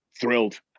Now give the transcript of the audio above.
thrilled